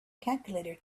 calculator